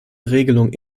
regelung